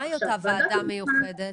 מהי אותה ועדה מיוחדת?